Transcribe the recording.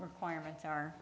requirements are